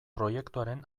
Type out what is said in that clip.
proiektuaren